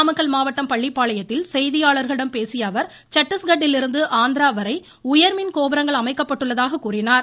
நாமக்கல் மாவட்டம் பள்ளிப்பாளையத்தில் செய்தியாளர்களிடம் பேசிய அவர் சட்டீஸ்கட்டிலிருந்து ஆந்திரா வரை உயர்மின் கோபுரங்கள் அமைக்கப்பட்டுள்ளதாக கூறினார்